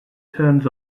turns